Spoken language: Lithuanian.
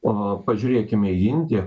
o pažiūrėkime į indiją